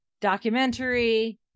documentary